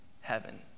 heaven